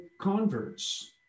converts